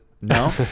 no